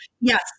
Yes